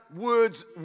words